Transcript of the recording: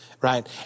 right